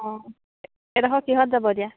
অঁ এইডোখৰ কিহত যাব এতিয়া